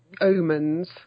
omens